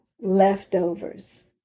leftovers